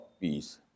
peace